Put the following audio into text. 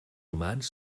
humans